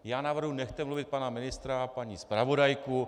Já navrhuji, nechte mluvit pana ministra a paní zpravodajku.